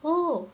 oh